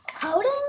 Coding